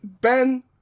Ben